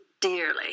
dearly